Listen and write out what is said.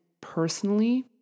personally